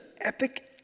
epic